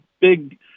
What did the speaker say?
big